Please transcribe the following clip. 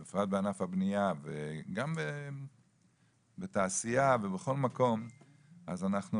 בפרט בענף הבנייה וגם בתעשייה ובכל מקום אז אנחנו